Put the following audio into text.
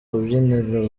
rubyiniro